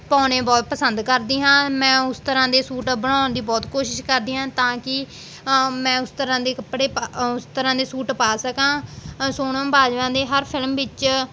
ਪਾਉਣੇ ਬਹੁਤ ਪਸੰਦ ਕਰਦੀ ਹਾਂ ਮੈਂ ਉਸ ਤਰ੍ਹਾਂ ਦੇ ਸੂਟ ਬਣਾਉਣ ਦੀ ਬਹੁਤ ਕੋਸ਼ਿਸ਼ ਕਰਦੀ ਹਾਂ ਤਾਂ ਕਿ ਮੈਂ ਉਸ ਤਰ੍ਹਾਂ ਦੇ ਕੱਪੜੇ ਪਾ ਉਸ ਤਰ੍ਹਾਂ ਦੇ ਸੂਟ ਪਾ ਸਕਾਂ ਸੋਨਮ ਬਾਜਵਾ ਦੇ ਹਰ ਫਿਲਮ ਵਿੱਚ